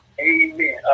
Amen